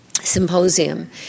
symposium